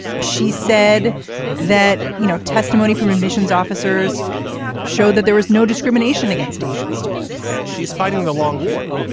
she said that you know testimony from admissions officers showed that there was no discrimination against asian students she's fighting the long war.